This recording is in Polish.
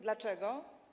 Dlaczego?